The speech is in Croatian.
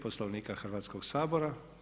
Poslovnika Hrvatskog sabora.